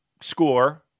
score